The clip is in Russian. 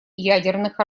ядерных